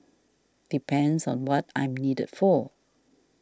depends on what I'm needed for